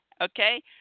okay